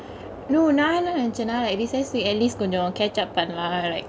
no நா என்ன நினச்சனா:naa enna nenaichana like recess week at least கொஞ்ஜொ:konjo catch up பன்னலா:pannalaa like